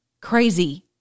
Crazy